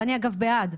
ואני אגב בעד.